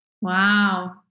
wow